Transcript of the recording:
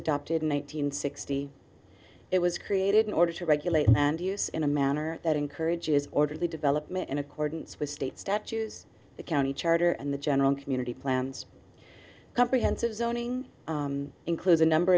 hundred sixty it was created in order to regulate land use in a manner that encourages orderly development in accordance with state statues the county charter and the general community plans comprehensive zoning includes a number